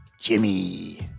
Jimmy